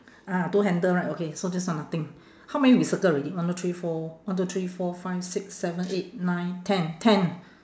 ah two handle right okay so this one nothing how many we circle already one two three four one two three four five six seven eight nine ten ten